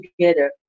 together